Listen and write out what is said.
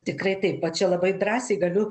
tikrai taip va čia labai drąsiai galiu